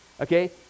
Okay